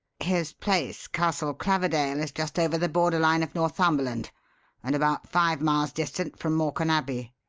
his place, castle claverdale, is just over the border line of northumberland and about five miles distant from morcan abbey.